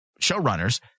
showrunners